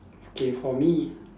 okay for me